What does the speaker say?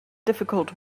difficult